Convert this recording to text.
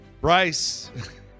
Bryce